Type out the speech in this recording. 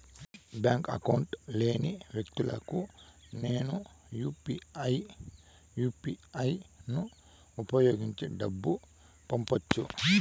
Bank account లేని వ్యక్తులకు నేను యు పి ఐ యు.పి.ఐ ను ఉపయోగించి డబ్బు పంపొచ్చా?